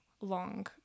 long